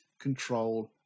control